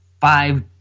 five